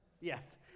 Yes